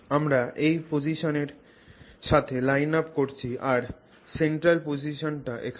আমরা এই পজিসনের সাথে লাইন আপ করছি আর সেন্ট্রাল পজিসন্টি এখানে